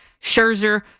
Scherzer